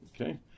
Okay